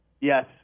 Yes